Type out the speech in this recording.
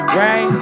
rain